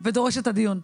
הדיון.